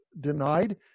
denied